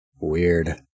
Weird